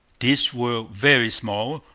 these were very small.